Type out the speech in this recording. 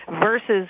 versus